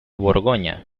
borgoña